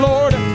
Lord